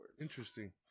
interesting